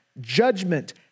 judgment